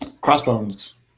Crossbones